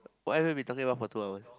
what have you been talking about for two hours